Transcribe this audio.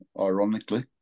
ironically